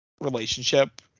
relationship